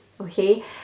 okay